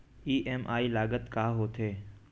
EMI लागत का होथे?